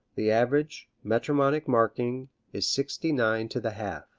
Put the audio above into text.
the average metronomic marking is sixty-nine to the half.